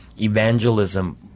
evangelism